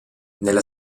nella